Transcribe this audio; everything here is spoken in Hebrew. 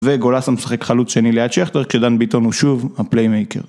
וגולסה משחק חלוץ שני ליד שכטר כשדן ביטון הוא שוב הפליימייקר